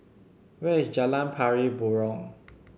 where is Jalan Pari Burong